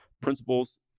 Principles